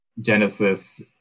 genesis